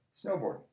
snowboarding